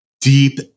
deep